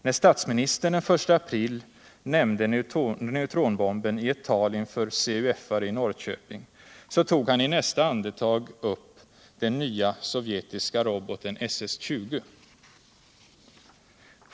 När statsministern den 1 april nämnde neutronbomben i ett tal inför CUF-are i Norrköping, tog han i nästa andetag upp den nya sovjetiska roboten SS 20.